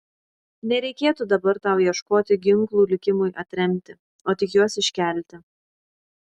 nereikėtų dabar tau ieškoti ginklų likimui atremti o tik juos iškelti